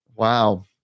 Wow